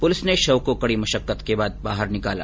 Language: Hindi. पुलिस ने शव को कड़ी मशक्कत के बाद बाहर निकाला